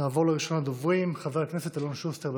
נעבור לראשון הדוברים, חבר הכנסת אלון שוסטר.